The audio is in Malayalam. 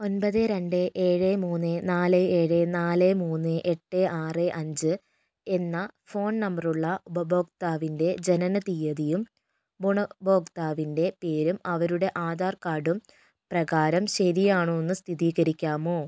ഒൻപത് രണ്ട് ഏഴ് മൂന്ന് നാല് ഏഴ് നാല് മൂന്ന് എട്ട് ആറ് അഞ്ച് എന്ന ഫോൺ നമ്പറുള്ള ഉപഭോക്താവിൻ്റെ ജനന തീയതിയും ഗുണഭോക്താവിൻ്റെ പേരും അവരുടെ ആധാർ കാർഡും പ്രകാരം ശരിയാണോയെന്ന് സ്ഥിതീകരിക്കാമോ